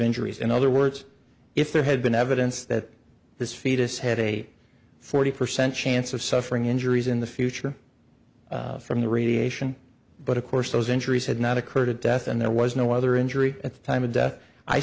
injuries in other words if there had been evidence that this fetus had a forty percent chance of suffering injuries in the future from the radiation but of course those injuries had not occurred to death and there was no other injury at the time